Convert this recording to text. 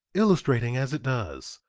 illustrating, as it does,